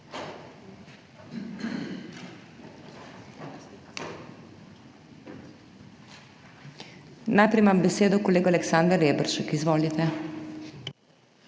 Najprej ima besedo kolega Aleksander Reberšek. Izvolite.